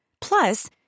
Plus